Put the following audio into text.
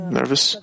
nervous